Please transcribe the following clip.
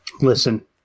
Listen